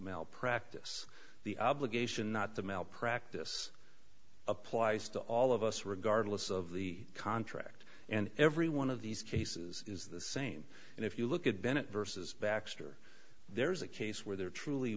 malpractise the obligation not to malpractise applies to all of us regardless of the contract and every one of these cases is the same and if you look at bennett versus baxter there's a case where there truly